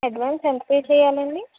advance ఎంత pay చేయాలండి